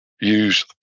Use